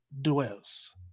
dwells